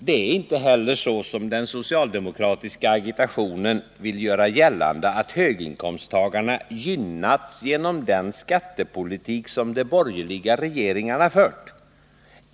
Det är inte så, som den socialdemokratiska agitationen vill göra gällande, att höginkomsttagarna gynnats av den skattepolitik som de borgerliga regeringarna fört.